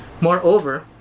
Moreover